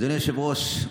אדוני היושב-ראש,